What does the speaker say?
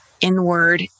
inward